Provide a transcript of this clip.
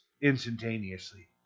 instantaneously